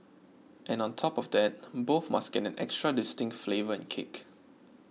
and on top of that both must get an extra distinct flavour and kick